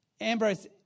Ambrose